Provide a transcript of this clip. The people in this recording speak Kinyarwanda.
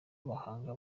bahanga